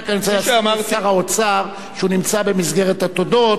אני רק רוצה להזכיר לשר האוצר שהוא נמצא במסגרת התודות,